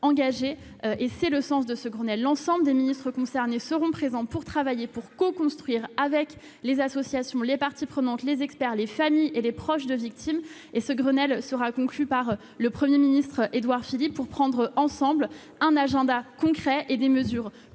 engagés. C'est le sens de ce Grenelle. Tous les ministres concernés seront présents pour travailler et coconstruire avec les associations, les parties prenantes, les experts, les familles et les proches de victimes. Ce Grenelle sera conclu par le Premier ministre Édouard Philippe, pour arrêter ensemble un agenda concret et des mesures